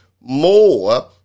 more